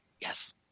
Yes